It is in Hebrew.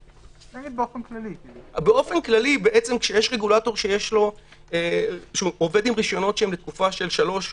באופן כללי כשיש רגולטור שעובד עם רישיונות לתקופה של שלוש שנים,